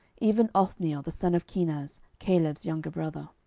even othniel the son of kenaz, caleb's younger brother.